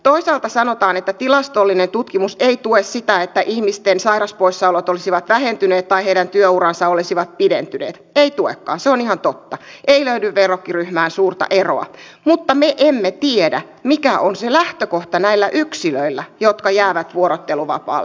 toisaalta sanotaan että tilastollinen tutkimus ei tue sitä että ihmisten sairauspoissaolot olisivat vähentyneet tai heidän työuransa olisivat pidentyneet ei tuekaan se on ihan totta ei löydy verrokkiryhmään suurta eroa mutta me emme tiedä mikä on se lähtökohta näillä yksilöillä jotka jäävät vuorotteluvapaalle